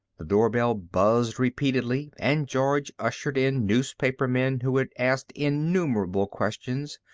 the doorbell buzzed repeatedly and george ushered in newspapermen who had asked innumerable questions,